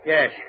Yes